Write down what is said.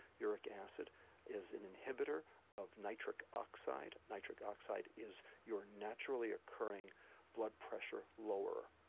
uric acid is an inhibitor of nitric oxide, nitric oxide is your naturally occurring blood pressure lowerer.